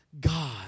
God